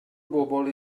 bobl